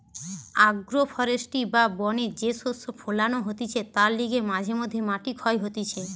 agro forestry বা বনে যে শস্য ফোলানো হতিছে তার লিগে মাঝে মধ্যে মাটি ক্ষয় হতিছে